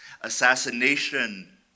assassination